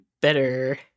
better